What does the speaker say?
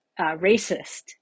racist